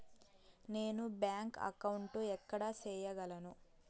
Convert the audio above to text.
నేను bank account ఎక్కడ సేయగలను